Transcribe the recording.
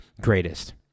greatest